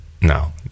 No